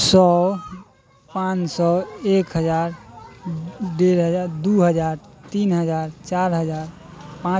सओ पाँच सओ एक हजार डेढ़ हजार दू हजार तीन हजार चारि हजार पाँच